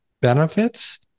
benefits